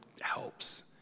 helps